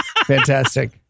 Fantastic